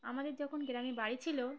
আমাদের যখন গ্রামে বাড়ি ছিল